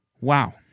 Wow